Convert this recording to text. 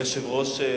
אדוני היושב-ראש,